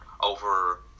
over